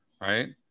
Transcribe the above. Right